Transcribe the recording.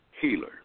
healer